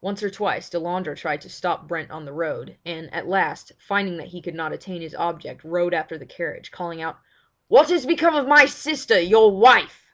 once or twice delandre tried to stop brent on the road, and, at last, finding that he could not attain his object rode after the carriage, calling out what has become of my sister, your wife